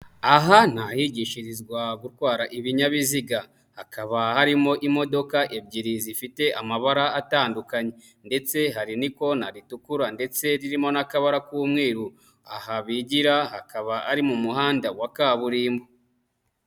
Aha ni ahgishirizwa gutwara ibinyabiziga, hakaba harimo imodoka ebyiri zifite amabara atandukanye, ndetse hari n'ikona ritukura ndetse ririmo n'akabara k'umweru, aha bigira hakaba ari mu muhanda wa kaburimbo.